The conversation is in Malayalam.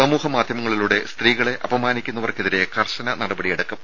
സമൂഹമാധ്യമങ്ങളിലൂടെ സ്ത്രീകളെ അപമാനിക്കുന്നവർക്കെതിരെ കർശന നടപടിയെടുക്കും